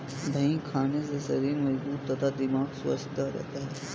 दही खाने से शरीर मजबूत तथा दिमाग स्वस्थ रहता है